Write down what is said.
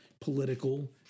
political